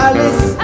Alice